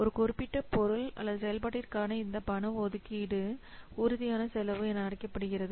ஒரு குறிப்பிட்ட பொருள் அல்லது செயல்பாட்டிற்கான இந்த பண ஒதுக்கீடு உறுதியான செலவு என அழைக்கப்படுகிறது